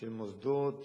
של מוסדות,